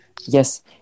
Yes